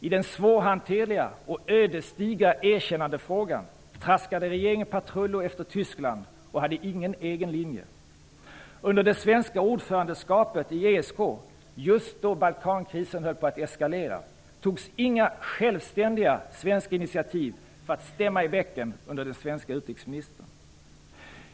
I den svårhanterliga och ödesdigra erkännandefrågan traskade regeringen patrullo efter Tyskland och hade ingen egen linje. Under det svenska ordförandeskapet i ESK, just då Balkankrisen höll på att eskalera, togs inga självständiga initiativ av den svenska utrikesministern för att stämma i bäcken.